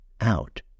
out